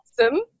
awesome